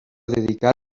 dedicar